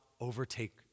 overtake